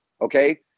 okay